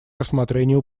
рассмотрению